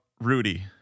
rudy